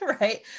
right